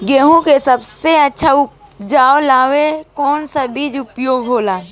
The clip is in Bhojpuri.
गेहूँ के सबसे अच्छा उपज ला कौन सा बिज के उपयोग होला?